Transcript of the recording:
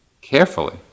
carefully